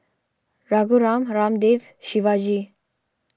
Raghuram Ramdev Shivaji